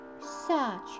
search